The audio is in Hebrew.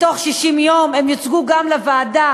בתוך 60 יום הם יוצגו גם לוועדה.